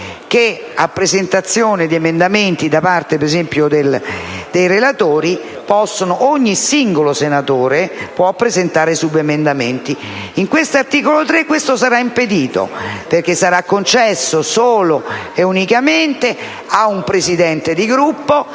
della presentazione di emendamenti da parte, ad esempio, dei relatori, ogni singolo senatore può presentare subemendamenti, con l'attuale articolo 3 ciò sarà impedito, perché sarà concesso subemendare solo ed unicamente ad un Presidente di Gruppo,